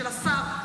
של השר,